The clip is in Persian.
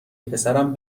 پسرم